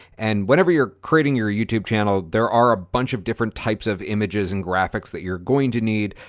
and whenever you're creating your youtube channel there are a bunch of different types of images and graphics that you're going to need.